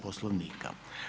Poslovnika.